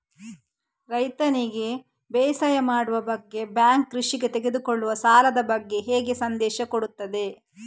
ರೈತನಿಗೆ ಬೇಸಾಯ ಮಾಡುವ ಬಗ್ಗೆ ಬ್ಯಾಂಕ್ ಕೃಷಿಗೆ ತೆಗೆದುಕೊಳ್ಳುವ ಸಾಲದ ಬಗ್ಗೆ ಹೇಗೆ ಸಂದೇಶ ಕೊಡುತ್ತದೆ?